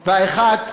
והאחת,